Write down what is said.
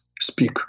speak